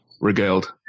regaled